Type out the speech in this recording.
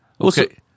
Okay